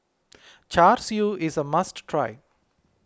Char Siu is a must try